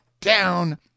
down